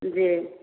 जी